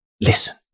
listen